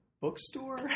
bookstore